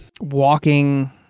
walking